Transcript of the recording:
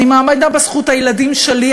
אני מאמינה בזכות הילדים שלי,